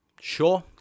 Sure